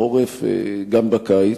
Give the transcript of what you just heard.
בחורף וגם בקיץ.